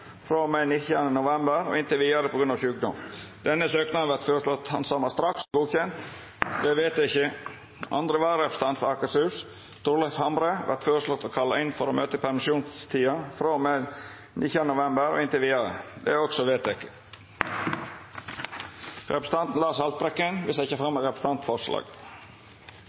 frå og med 19. november og inntil vidare, på grunn av sjukdom. Etter forslag frå presidenten vart samrøystes vedteke: Søknaden vert handsama straks og innvilga. Andre vararepresentant for Akershus fylke, Torleif Hamre , vert kalla inn for å møta i permisjonstida frå og med 19. november og inntil vidare. Representanten Lars Haltbrekken vil setja fram eit representantforslag.